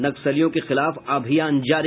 नक्सलियों के खिलाफ अभियान जारी